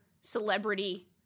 celebrity